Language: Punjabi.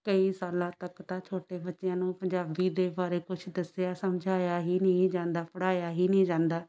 ਕਈ ਸਾਲਾਂ ਤੱਕ ਤਾਂ ਛੋਟੇ ਬੱਚਿਆਂ ਨੂੰ ਪੰਜਾਬੀ ਦੇ ਬਾਰੇ ਕੁਛ ਦੱਸਿਆ ਸਮਝਾਇਆ ਹੀ ਨਹੀਂ ਜਾਂਦਾ ਪੜ੍ਹਾਇਆ ਹੀ ਨਹੀਂ ਜਾਂਦਾ